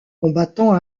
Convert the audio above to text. combattant